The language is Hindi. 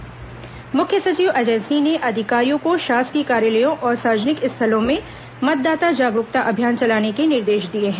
मुख्य सचिव विधानसभा चुनाव मुख्य सचिव अजय सिंह ने अधिकारियों को शासकीय कार्यालयों और सार्वजनिक स्थलों में मतदाता जागरूकता अभियान चलाने के निर्देश दिये हैं